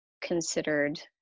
considered